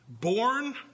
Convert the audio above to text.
Born